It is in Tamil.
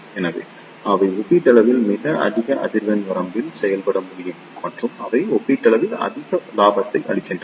எனவே அவை ஒப்பீட்டளவில் மிக அதிக அதிர்வெண் வரம்பில் செயல்பட முடியும் மற்றும் அவை ஒப்பீட்டளவில் அதிக லாபத்தை அளிக்கின்றன